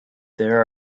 there